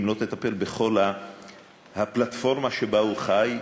אם לא תטפל בכל הפלטפורמה שבה הוא חי,